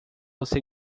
você